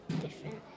different